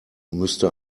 müsste